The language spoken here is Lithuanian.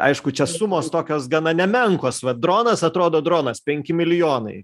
aišku čia sumos tokios gana nemenkos vat dronas atrodo dronas penki milijonai